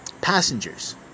passengers